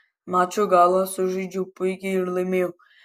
mačo galą sužaidžiau puikiai ir laimėjau